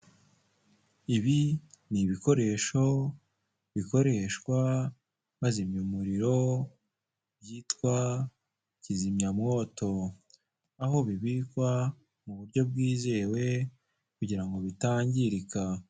Ibi ni ibikoresho bikoreshwa bazimya umuriro, byitwa kizimyamwoto. Aho bibikwa mu buryo bwizewe kugira ngo bitangirika.